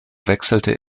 wechselte